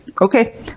Okay